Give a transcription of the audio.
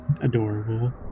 adorable